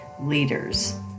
leaders